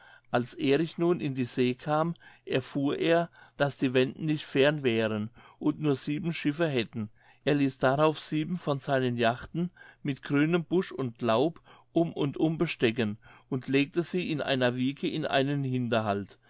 als erich nun in die see kam erfuhr er daß die wenden nicht fern wären und nur sieben schiffe hätten er ließ darauf sieben von seinen jachten mit grünem busch und laub um und um bestecken und legte sie in einer wieke in einen hinterhalt